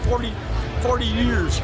forty forty years